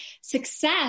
success